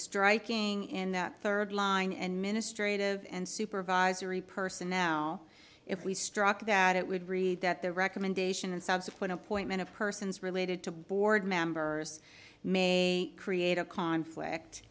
striking in that third line and ministry of and supervisory person now if we struck that it would read that the recommendation and subsequent appointment of persons related to board members may create a conflict